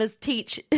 Teach